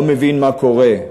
לא מבין מה קורה,